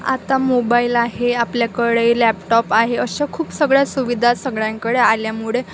आता मोबाईल आहे आपल्याकडे लॅपटॉप आहे अशा खूप सगळ्या सुविधा सगळ्यांकडे आल्यामुळे